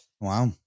wow